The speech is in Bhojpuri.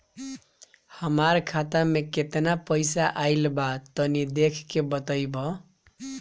हमार खाता मे केतना पईसा आइल बा तनि देख के बतईब?